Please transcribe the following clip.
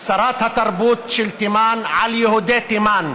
שרת התרבות של תימן, על יהודי תימן,